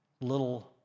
little